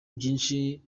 byinshi